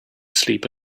sleep